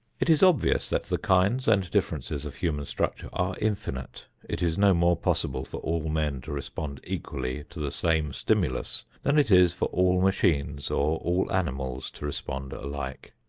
it is obvious that the kinds and differences of human structures are infinite. it is no more possible for all men to respond equally to the same stimulus, than it is for all machines or all animals to respond alike.